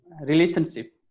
relationship